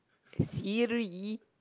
Siri